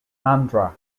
andhra